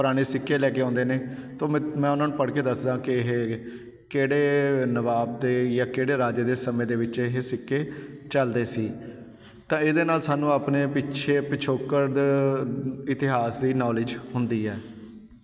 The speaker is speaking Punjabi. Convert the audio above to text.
ਪੁਰਾਣੇ ਸਿੱਕੇ ਲੈ ਕੇ ਆਉਂਦੇ ਨੇ ਤੋ ਮੈਂ ਮੈਂ ਉਹਨਾਂ ਨੂੰ ਪੜ੍ਹ ਕੇ ਦੱਸਦਾ ਕਿ ਇਹ ਕਿਹੜੇ ਨਵਾਬ ਦੇ ਜਾਂ ਕਿਹੜੇ ਰਾਜੇ ਦੇ ਸਮੇਂ ਦੇ ਵਿੱਚ ਇਹ ਸਿੱਕੇ ਚੱਲਦੇ ਸੀ ਤਾਂ ਇਹਦੇ ਨਾਲ ਸਾਨੂੰ ਆਪਣੇ ਪਿੱਛੇ ਪਿਛੋਕੜ ਇਤਿਹਾਸ ਦੀ ਨੌਲੇਜ ਹੁੰਦੀ ਹੈ